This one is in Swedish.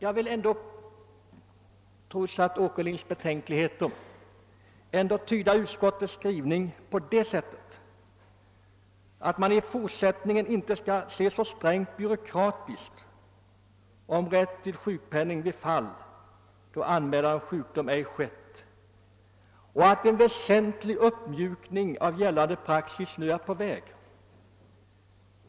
Trots herr Åkerlinds betänkligheter vill jag tyda utskottets skrivning på det sättet att man i fortsättningen inte skall se så strängt byråkratiskt på rätten till sjukpenning i fall då anmälan av sjukdom icke skett och att en väsentlig uppmjukning av gällande praxis nu är på väg.